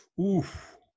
Oof